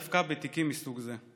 דווקא בתיקים מסוג זה.